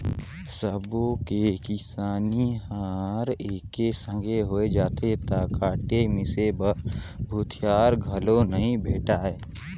सबो के किसानी हर एके संघे होय जाथे त काटे मिसे बर भूथिहार घलो नइ भेंटाय